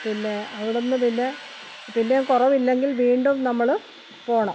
പിന്നെ അവിടെ നിന്ന് പിന്നെ പിന്നെ കുറവിലെങ്കിൽ വീണ്ടും നമ്മൾ പോകണം